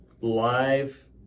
live